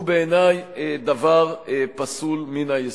הוא בעיני פסול מן היסוד.